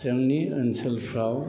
जोंनि ओनसोलफ्राव